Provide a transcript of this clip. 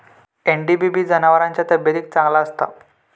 NDBB जनावरांच्या तब्येतीक चांगला असता